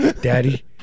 Daddy